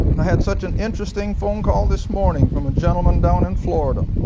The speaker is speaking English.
i had such an interesting phone call this morning from a gentlemen down in florida.